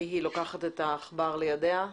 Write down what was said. ליהי לוקחת את העכבר לידיה.